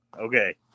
Okay